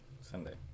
sunday